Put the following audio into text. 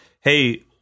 hey –